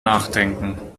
nachdenken